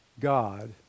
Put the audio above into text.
God